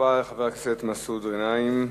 תודה רבה לחבר הכנסת מסעוד גנאים.